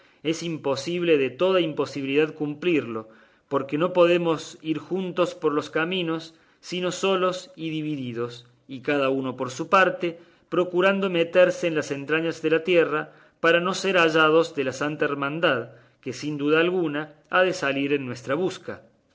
es imposible de toda imposibilidad cumplirlo porque no podemos ir juntos por los caminos sino solos y divididos y cada uno por su parte procurando meterse en las entrañas de la tierra por no ser hallado de la santa hermandad que sin duda alguna ha de salir en nuestra busca